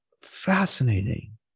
fascinating